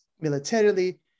militarily